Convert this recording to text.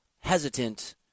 hesitant